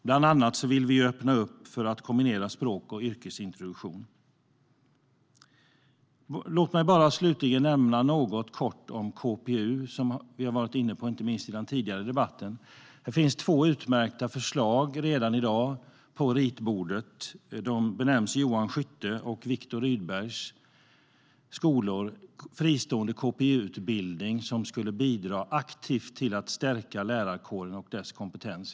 Bland annat vill vi öppna för att kombinera språk och yrkesintroduktion. Låt mig slutligen nämna något kort om KPU som vi har varit inne på i den tidigare debatten. Här finns redan i dag två utmärkta förslag på ritbordet, Johan Skytteskolan och Viktor Rydbergs skolor, med fristående KPU-utbildning som aktivt skulle bidra till att stärka lärarkåren och dess kompetens.